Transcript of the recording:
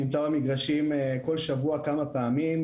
נמצא במגרשים כל שבוע כמה פעמים,